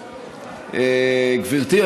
גברתי,